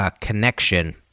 connection